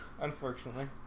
Unfortunately